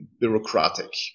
bureaucratic